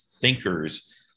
thinkers